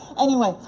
anyway,